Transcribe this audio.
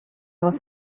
was